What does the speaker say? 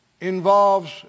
involves